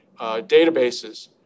databases